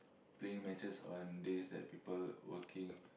playing matches on days that people working